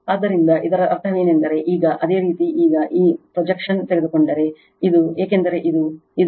ಆದ್ದರಿಂದ ಇದರ ಅರ್ಥವೇನೆಂದರೆ ಈಗ ಅದೇ ರೀತಿ ಈಗ ಈ ಪ್ರೋಜಕ್ಷನ್ ತೆಗೆದುಕೊಂಡರೆ ಏಕೆಂದರೆ ಇದು ಇದು